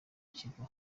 kigo